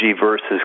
versus